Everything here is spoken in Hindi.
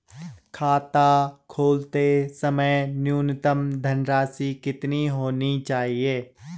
खाता खोलते समय न्यूनतम धनराशि कितनी होनी चाहिए?